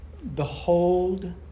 Behold